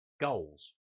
Goals